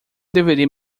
deveria